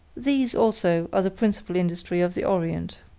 these, also, are the principal industries of the orient.